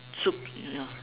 soup you know